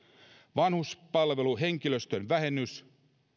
vanhuspalveluhenkilöstön vähennys